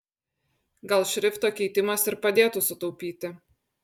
gal šrifto keitimas ir padėtų sutaupyti